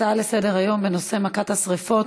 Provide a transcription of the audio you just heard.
הצעות לסדר-היום בנושא מכת השרפות,